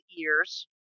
ears